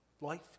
Life